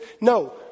No